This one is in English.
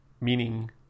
meaning